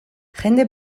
jende